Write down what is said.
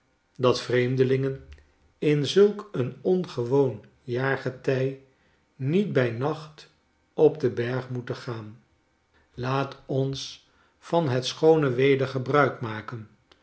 dat vreemdelingen in zulk een ongewoon jaargetij niet bij nacht op den berg moeten gaan laat ons van het schoone weder gebruik maken